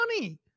money